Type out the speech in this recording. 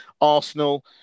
arsenal